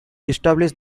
establish